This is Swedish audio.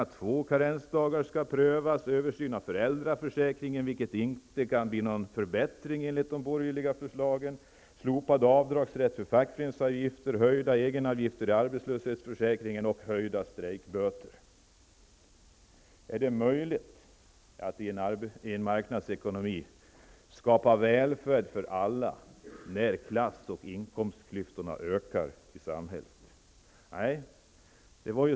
Man skall pröva med två karensdagar och göra en översyn av föräldraförsäkringen, vilken enligt de borgerliga förslagen inte kan leda till någon förbättring. Vidare skall man slopa avdragsrätten för fackföreningsavgifter, höja egenavgifterna i arbetslöshetsförsäkringen och höja strejkböterna. Är det möjligt att i en marknadsekonomi skapa välfärd för alla när klass och inkomstklyftorna i samhället ökar?